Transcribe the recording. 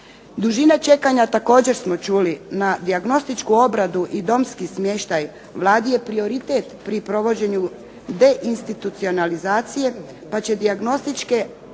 Dužina čekanja također smo čuli, na dijagnostičku obradu i domski smještaj Vladi je prioritet pri provođenju deinstitucionalizacije pa će dijagnostičke obrade